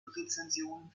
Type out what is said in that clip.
rezensionen